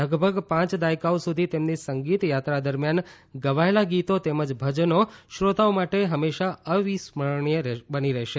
લગભગ પાંચ દાયકાઓ સુધી તેમની સંગીત યાત્રા દરમિયાન ગવાયેલા ગીતો તેમજ ભજનો સ્રોતાઓ માટે હંમેશા અવિસ્મરણીય બની રહેશે